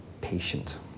patient